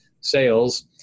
sales